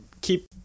keep